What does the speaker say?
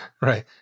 Right